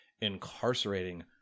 incarcerating